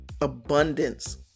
abundance